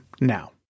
now